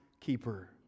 keeper